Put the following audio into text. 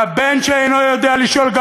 והבן שאינו יודע לשאול,